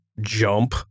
jump